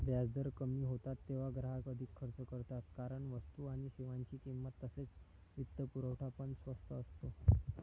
व्याजदर कमी होतात तेव्हा ग्राहक अधिक खर्च करतात कारण वस्तू आणि सेवांची किंमत तसेच वित्तपुरवठा पण स्वस्त असतो